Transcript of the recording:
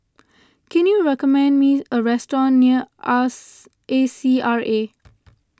can you recommend me a restaurant near A C R A